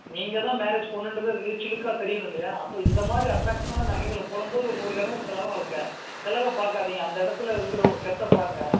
நீங்கள் தான் மேரேஜ் பொண்ணுங்றது ரிச் லுக்காக தெரியணும் இல்லையா அப்போ இந்தமாதிரி அட்ராக்க்ஷனான நகைகளை போடும் போது ஒரு நூறு இரநூறு செலவாகுமுங்க செலவை பார்க்காதீங்க அந்த இடத்துல இருக்கிற உங்கள் கெத்தை பாருங்க